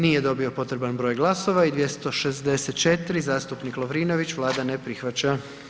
Nije dobio potreban broj glasova i 264. zastupnik Lovrinović, Vlada ne prihvaća.